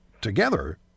together